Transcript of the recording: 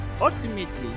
ultimately